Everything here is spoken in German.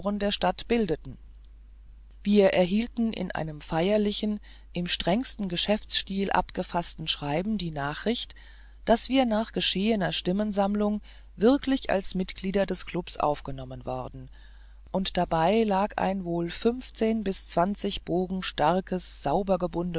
der stadt bildeten wir erhielten in einem feierlichen im strengsten geschäftsstil abgefaßten schreiben die nachricht daß wir nach geschehener stimmensammlung wirklich als mitglieder des klubs aufgenommen worden und dabei lag ein wohl fünfzehn bis zwanzig bogen starkes sauber